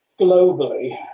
globally